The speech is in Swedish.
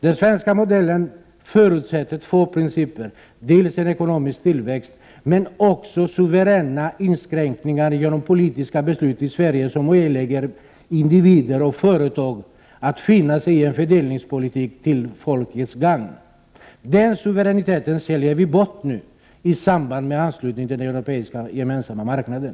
Den svenska modellen förutsätter två principer: en ekonomisk tillväxt, men också suveräna inskränkningar genom politiska beslut i Sverige som ålägger individer och företag att finna sig i en fördelningspolitik till folkets gagn. Den suveräniteten säljer man bort i samband med en anslutning till den europeiska gemensamma marknaden.